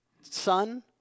son